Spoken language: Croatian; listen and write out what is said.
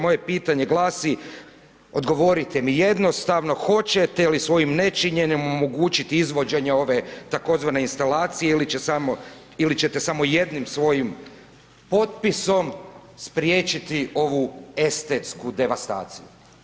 Moje pitanje glasi, odgovorite mi jednostavno, hoćete li svojim nečinjenjem omogućiti izvođenje ove tzv. instalacije ili ćete samo jednim svojim potpisom spriječiti ovu estetsku devastaciju?